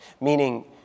Meaning